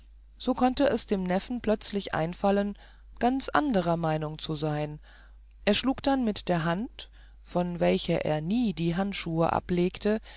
so konnte es dem neffen plötzlich einfallen ganz anderer meinung zu sein er schlug dann mit der hand von welcher er nie die handschuhe ablegte